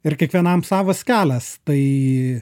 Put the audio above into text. ir kiekvienam savas kelias tai